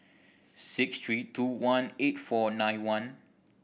six three two one eight four nine one